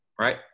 right